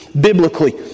biblically